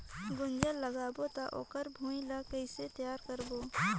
गुनजा लगाबो ता ओकर भुईं ला कइसे तियार करबो?